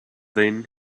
then